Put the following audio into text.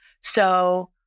So-